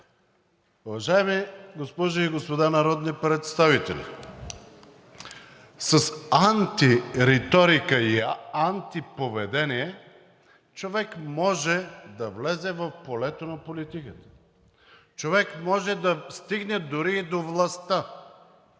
Уважаеми госпожи и господа народни представители, с антириторика и антиповедение човек може да влезе в полето на политиката, човек може да стигне дори и до властта,